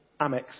amex